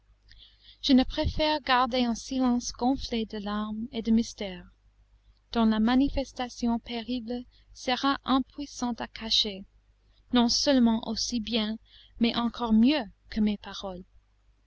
je ne préfère garder un silence gonflé de larmes et de mystères dont la manifestation pénible sera impuissante à cacher non seulement aussi bien mais encore mieux que mes paroles